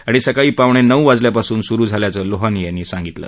आणि सकाळी पाऊणे नऊ वाजल्यापासून सुरू झाल्याचं लोहानी यांनी सांगितलं